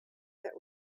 that